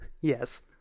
Yes